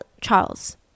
Charles